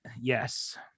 yes